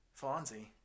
Fonzie